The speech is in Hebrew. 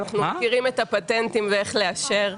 אנחנו מכירים את הפטנטים ויודעים איך לאשר.